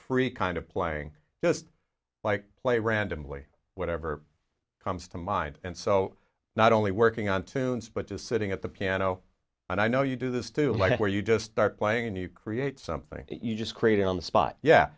free kind of playing just like play randomly whatever comes to mind and so not only working on tunes but just sitting at the piano and i know you do this too like where you just start playing and you create something you just create on the spot yeah